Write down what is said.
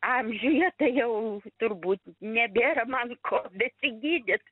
amžiuje tai jau turbūt nebėra man ko besigydyt